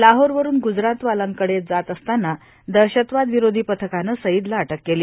लाहोर वरून ग्जरातनवाला कडे जात असताना दहशतवाद विरोधी पथकानं सईदला अटक केली